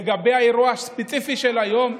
לגבי האירוע הספציפי של היום,